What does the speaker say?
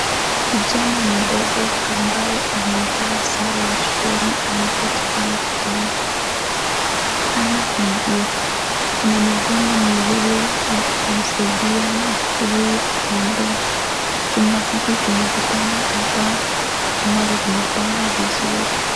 Kijana mdogo ambaye amevaa sare ya shuleni ameketi kwenye kitanda hana miguu. Kuna migongo ya kumsaidia mtoto huyu kutembea chumba hiki kina vitanda kadhaa ambavyo vimepangwa vizuri